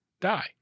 die